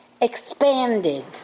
expanded